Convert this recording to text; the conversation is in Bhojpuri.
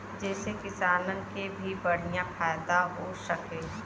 जेसे किसानन के भी बढ़िया फायदा हो सके